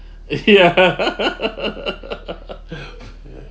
ya